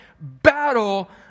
battle